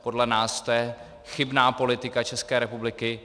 Podle nás to je chybná politika České republiky.